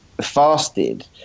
fasted